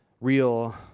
real